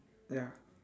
ya